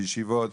הישיבות שלנו.